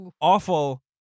Awful